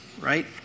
right